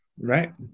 Right